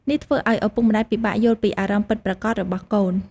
នេះធ្វើឱ្យឪពុកម្ដាយពិបាកយល់ពីអារម្មណ៍ពិតប្រាកដរបស់កូន។